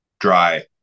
dry